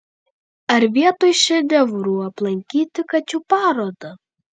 ar vietoj šedevrų aplankyti kačių parodą